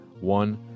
One